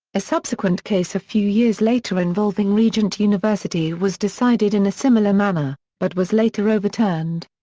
a subsequent case a few years later involving regent university was decided in a similar manner, but was later overturned.